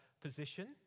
position